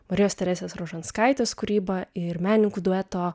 marijos teresės rožanskaitės kūryba ir menininkų dueto